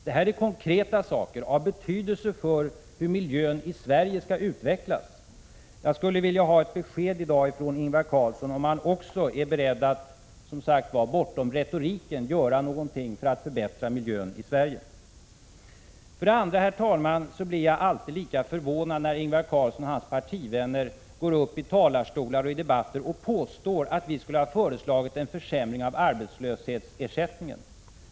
Detta är konkreta saker, och de är betydelsefulla för hur miljön i Sverige skall utvecklas. Jag skulle vilja ha ett besked i dag från Ingvar Carlsson, om han också är beredd att — som sagt — bortom retoriken göra någonting för att förbättra miljön i Sverige. Herr talman! Jag blir alltid lika förvånad när Ingvar Carlsson och hans partivänner går upp i talarstolar under debatter och påstår att vi skulle ha föreslagit en försämring av arbetslöshetsersättningen.